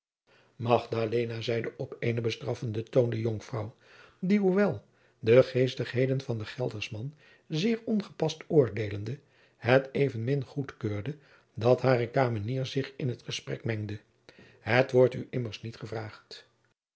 zeide op eenen bestraffenden toon de jonkvrouw die hoewel de geestigheden van den gelderschman zeer ongepast oordeelende het evenmin goedkeurde dat hare kamenier zich in t gesprek mengde het wordt u immers niet gevraagd